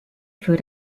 für